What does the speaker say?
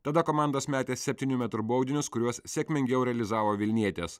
tada komandos metė septynių metrų baudinius kuriuos sėkmingiau realizavo vilnietės